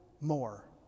more